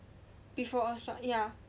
before us lah ya